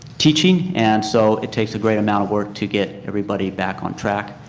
teaching and so it takes a great amount of work to get everybody back on track.